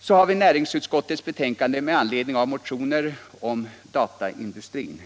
Så har vi näringsutskottets betänkande nr 27 med anledning av motioner om dataindustrin.